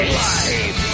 life